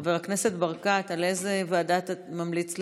חבר הכנסת ברקת, על איזה ועדה אתה ממליץ?